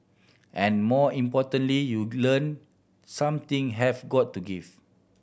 and more importantly you learn some thing have got to give